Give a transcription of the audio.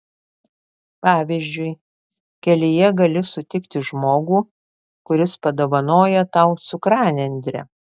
pavyzdžiui kelyje gali sutikti žmogų kuris padovanoja tau cukranendrę